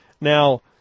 Now